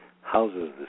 houses